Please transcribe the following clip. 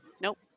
nope